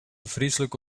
vreselijk